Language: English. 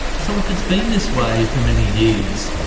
so if it's been this way for many years,